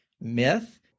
myth